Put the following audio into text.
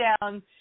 down